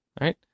Right